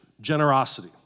Generosity